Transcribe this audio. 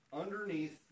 underneath